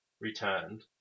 returned